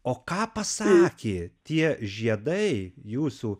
o ką pasakė tie žiedai jūsų